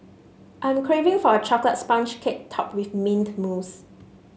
I am craving for a chocolate sponge cake topped with mint mousse